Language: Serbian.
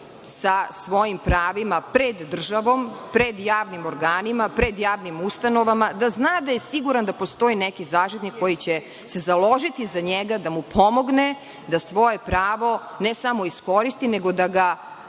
sa svojim pravima pred državom, pred javnim organima, pred javnim ustanovama, da zna da je siguran da postoji neki zaštitnik koji će se založiti za njega da mu pomogne da svoje pravo ne samo iskoristi, nego da ga